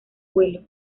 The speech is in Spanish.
vuelo